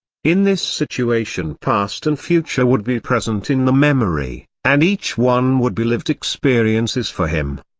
in this situation past and future would be present in the memory, and each one would be lived experiences for him.